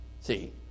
See